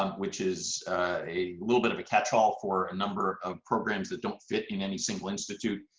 um which is a little bit of a catch all for a number of programs that don't fit in any single institute,